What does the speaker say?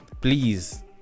please